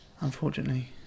Unfortunately